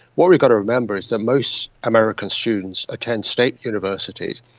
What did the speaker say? what we've got to remember is that most american students attend state universities.